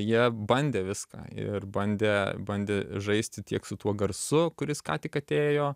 jie bandė viską ir bandė bandė žaisti tiek su tuo garsu kuris ką tik atėjo